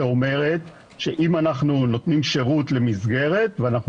היא אומרת שאם אנחנו נותנים שירות למסגרת ואנחנו